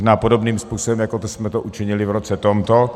Možná podobným způsobem, jako jsme to učinili v roce tomto.